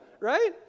right